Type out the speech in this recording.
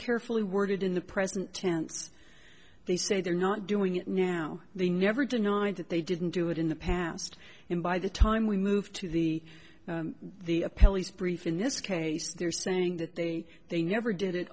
carefully worded in the present tense they say they're not doing it now they never denied that they didn't do it in the past in by the time we moved to the the a brief in this case they're saying that they they never did it